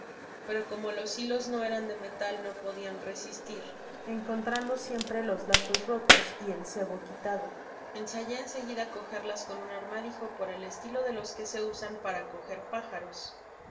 pero como los hilos no eran de metal no podian resistir encontrando siempre los lazos rotos y el cebo pitado ensayé en seguida cogerlas con un armadijo por el estilo de los que se usan para coger pájaros